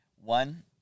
one